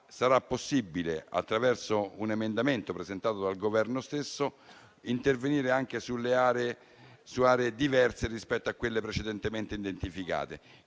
sarà possibile, attraverso un emendamento presentato dal Governo stesso, intervenire anche su aree diverse rispetto a quelle precedentemente identificate.